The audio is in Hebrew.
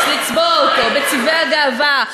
לצבוע אותו בצבעי הגאווה,